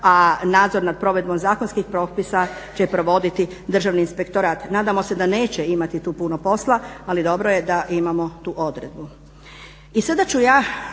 a nadzor nad provedbom zakonskih propisa će provoditi Državni inspektorat. Nadamo se da neće imati tu puno posla, ali dobro je da imamo tu odredbu.